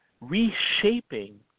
reshaping